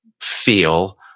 feel